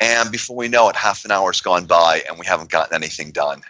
and before we know it, half an hour has gone by, and we haven't gotten anything done